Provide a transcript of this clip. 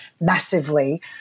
massively